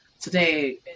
today